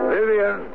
Vivian